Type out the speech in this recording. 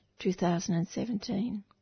2017